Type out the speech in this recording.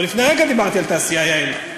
אבל לפני רגע דיברתי על תעשייה, יעל.